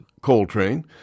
Coltrane